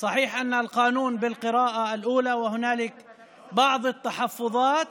נכון שלחוק בקריאה ראשונה יש כמה הסתייגויות,